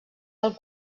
del